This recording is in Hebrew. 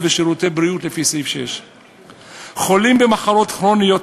ושירותי בריאות לפי סעיף 6. חולים במחלות כרוניות,